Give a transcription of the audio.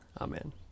Amen